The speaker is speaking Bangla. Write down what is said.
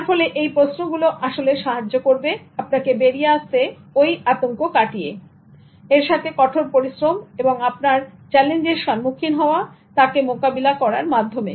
যার ফলে এই প্রশ্নগুলো আসলে সাহায্য করবে আপনাকে বেরিয়ে আসতে ঔ আতঙ্ক কাটিয়ে এর সাথে কঠোর পরিশ্রম এবং আপনার চ্যালেঞ্জের সম্মুখীন হওয়া তাকে মোকাবিলা করার মাধ্যমে